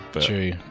True